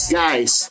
guys